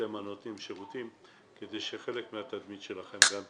אתם הנותנים שירותים כדי שחלק מהתדמית שלכם גם תשתפר.